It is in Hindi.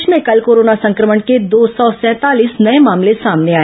प्रदेश में कल कोरोना संक्रमण के दो सौ सैंतालीस नये मामले सामने आए